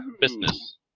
business